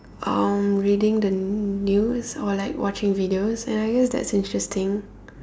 um reading the news or like watching videos and I guess that's interesting